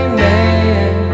man